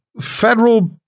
federal